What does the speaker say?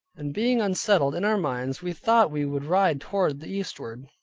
and being unsettled in our minds, we thought we would ride toward the eastward,